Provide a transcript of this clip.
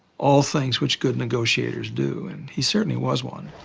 all things which good negotiators do. and he certainly was one.